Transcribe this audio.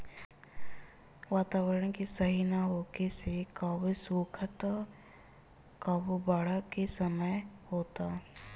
वातावरण के सही ना होखे से कबो सुखा त कबो बाढ़ के समस्या होता